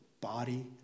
body